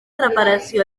reparació